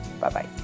Bye-bye